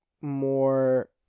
more